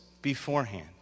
beforehand